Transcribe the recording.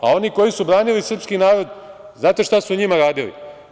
A oni koji su branili srpski narod, znate šta su njima radili?